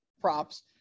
props